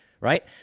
right